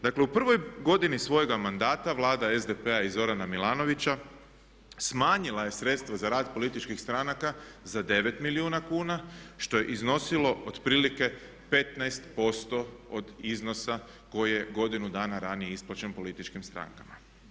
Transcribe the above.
Dakle, u prvoj godini svojega mandata Vlada SDP-a i Zorana Milanovića smanjila je sredstva za rad političkih stranaka za 9 milijuna kuna što je iznosilo otprilike 15% od iznosa koje godinu dana ranije isplaćen političkim strankama.